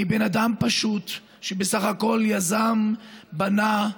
אני בן אדם פשוט, שבסך הכול יזם, בנה,